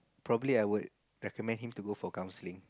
probably I would recommend him to go for counselling